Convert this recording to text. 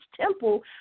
temple